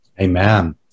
Amen